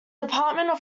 department